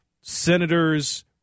senators